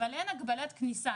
אבל אין הגבלת כניסה.